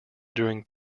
during